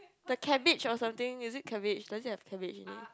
the cabbage or something is it cabbage does it have cabbage in it